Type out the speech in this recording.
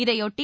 இதையொட்டி